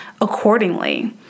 accordingly